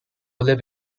live